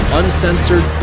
uncensored